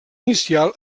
inicial